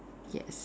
yes